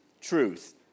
truth